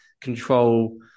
control